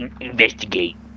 investigate